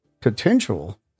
potential